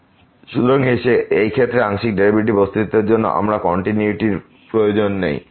সুতরাং এই ক্ষেত্রে আংশিক ডেরিভেটিভের অস্তিত্বের জন্য আমাদের কন্টিনিউয়িটি র প্রয়োজন নেই